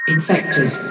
Infected